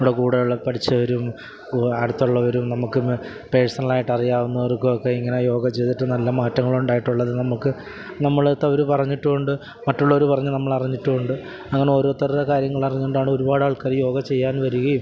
നമ്മുടെ കൂടെയുള്ള പഠിച്ചവരും അടുത്തുള്ളവരും നമുക്ക് പേര്സണൽ ആയിട്ട് അറിയാവുന്നവര്ക്കും ഒക്കെ ഇങ്ങനെ യോഗ ചെയ്തിട്ട് നല്ല മാറ്റങ്ങൾ ഉണ്ടായിട്ടുള്ളത് നമുക്ക് നമ്മളെ അടുത്ത് അവർ പറഞ്ഞിട്ടും ഉണ്ട് മറ്റുള്ളവർ പറഞ്ഞ് നമ്മൾ അറിഞ്ഞിട്ടും ഉണ്ട് അങ്ങനെ ഒരോരുത്തരുടെ കാര്യങ്ങൾ അറിഞ്ഞുകൊണ്ട് ആണ് ഒരുപാട് ആൾക്കാർ യോഗ ചെയ്യാന് വരികയും